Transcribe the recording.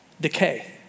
Decay